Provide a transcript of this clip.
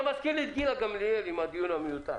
אתה מזכיר לי את גילה גמליאל עם הדיון המיותר.